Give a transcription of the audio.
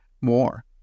more